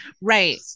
Right